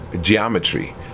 geometry